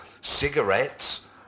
cigarettes